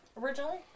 Originally